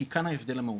כי כאן ההבדל המהותי.